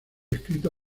escrito